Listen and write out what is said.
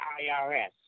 IRS